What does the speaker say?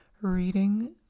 reading